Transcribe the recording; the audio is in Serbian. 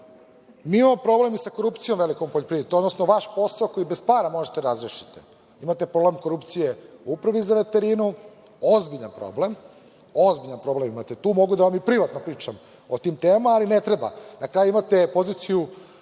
imamo problem i sa korupcijom velikom u poljoprivredi, odnosno vaš posao koji bez para možete da razrešite. Imate problem korupcije u Upravi za veterinu, ozbiljan problem, ozbiljan problem imate tu, mogu da vam i privatno pričam o tim temama, ali ne treba. Na kraju, imate poziciju